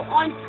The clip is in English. on